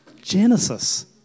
Genesis